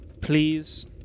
Please